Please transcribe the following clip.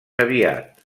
aviat